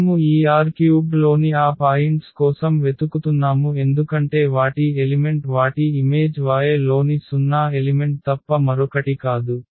మనము ఈ R³ లోని ఆ పాయింట్స్ కోసం వెతుకుతున్నాము ఎందుకంటే వాటి ఎలిమెంట్ వాటి ఇమేజ్ y లోని 0 ఎలిమెంట్ తప్ప మరొకటి కాదు